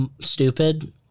stupid